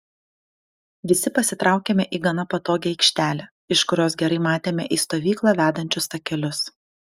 visi pasitraukėme į gana patogią aikštelę iš kurios gerai matėme į stovyklą vedančius takelius